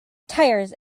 tires